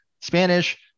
Spanish